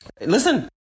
Listen